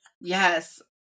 Yes